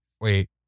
Wait